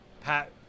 Pat